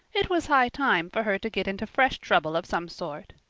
it was high time for her to get into fresh trouble of some sort,